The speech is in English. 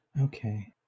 Okay